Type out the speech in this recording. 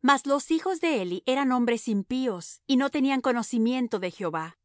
mas los hijos de eli eran hombres impíos y no tenían conocimiento de jehová